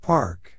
Park